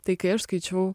tai kai aš skaičiau